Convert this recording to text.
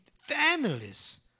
families